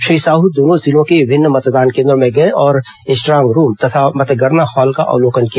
श्री साहू दोनों जिलों के विभिन्न मतदान केंद्रों में गए और स्ट्रांग रूम तथा मतगणना हॉल का अवलोकन किया